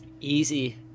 Easy